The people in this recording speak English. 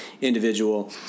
individual